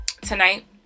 tonight